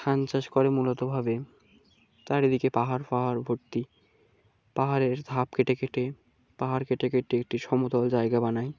ধান চাষ করে মূলত ভাবে চারিদিকে পাহাড় ফাহাড় ভর্তি পাহাড়ের ধাপ কেটে কেটে পাহাড় কেটে কেটে একটি সমতল জায়গা বানায়